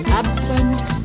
absent